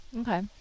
Okay